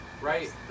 right